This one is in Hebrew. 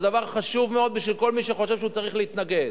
זה דבר חשוב מאוד בשביל כל מי שחושב שצריך להתנגד.